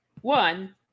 One